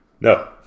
No